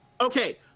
Okay